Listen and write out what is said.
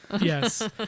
yes